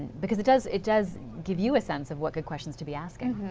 because it does it does give you sense of what good questions to be asking.